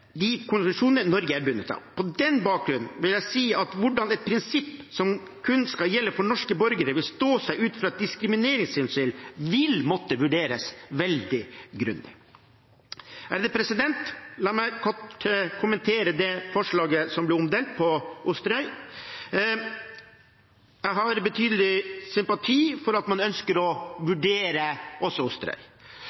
de internasjonale konvensjonene. Norge er bundet av de konvensjonene som er inngått. På den bakgrunn vil jeg si at hvordan et prinsipp som kun skal gjelde for norske borgere, vil stå seg ut fra at et diskrimineringshensyn, vil måtte vurderes veldig grundig. La meg kort kommentere det løse forslaget som omhandler Osterøy. Jeg har betydelig sympati for at man ønsker å